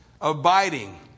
Abiding